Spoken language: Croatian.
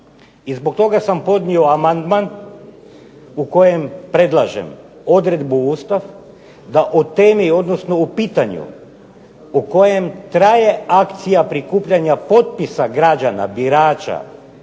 I zbog toga sam podnio amandman u kojem predlažem odredbu u Ustav da o temi odnosno o pitanju po kojem traje akcija prikupljanja potpisa građana birača